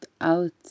out